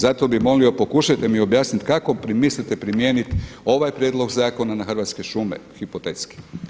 Zato bi molio pokušajte mi objasniti kako mislite primijeniti ovaj prijedlog zakona na Hrvatske šume hipotetski.